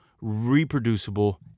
reproducible